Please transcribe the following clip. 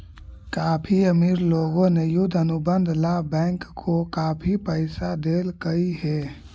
काफी अमीर लोगों ने युद्ध अनुबंध ला बैंक को काफी पैसा देलकइ हे